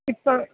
ഇപ്പോൾ